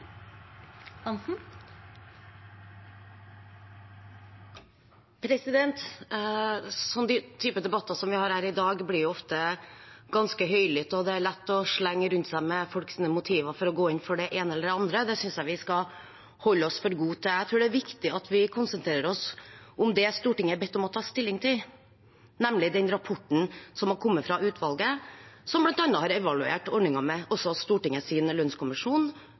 debatter som vi har her i dag, blir ofte ganske høylytte, og det er lett å slenge rundt seg med folks motiver for å gå inn for det ene eller det andre. Det synes jeg vi skal holde oss for gode til. Jeg tror det er viktig at vi konsentrerer oss om det Stortinget er bedt om å ta stilling til, nemlig den rapporten som har kommet fra utvalget som bl.a. har evaluert ordningen med